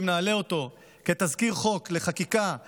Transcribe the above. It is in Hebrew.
נעלה אותו כתזכיר חוק לחקיקה משלימה,